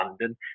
london